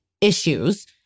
issues